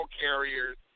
carriers